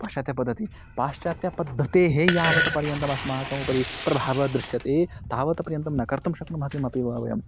पाश्चात्यपद्धतेः पाश्चात्यपद्धतेः यावत्पर्यन्तम् अस्माकम् उपरि प्रभावः दृश्यते तावत्पर्यन्तं न कर्तुं शक्नुमः किमपि वा वयम्